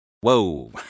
Whoa